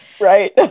right